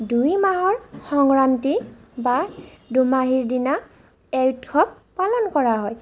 দুই মাহৰ সংৰান্তি বা দুমাহিৰ দিনা এই উৎসৱ পালন কৰা হয়